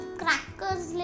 crackers